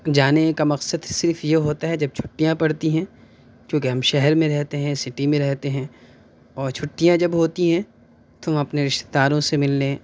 جانے کا مقصد صرف یہ ہوتا ہے جب چھٹیاں پڑتی ہیں کیونکہ ہم شہر میں رہتے ہیں سٹی میں رہتے ہیں اور چھٹیاں جب ہوتی ہیں تو اپنے رشتے داروں سے ملنے